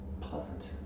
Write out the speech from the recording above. pleasant